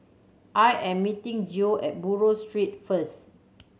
I am meeting Geo at Buroh Street first